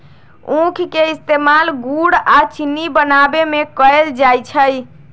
उख के इस्तेमाल गुड़ आ चिन्नी बनावे में कएल जाई छई